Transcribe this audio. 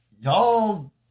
Y'all